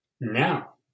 now